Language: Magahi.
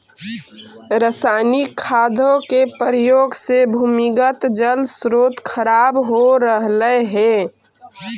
रसायनिक खादों के प्रयोग से भूमिगत जल स्रोत खराब हो रहलइ हे